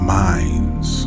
minds